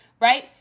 right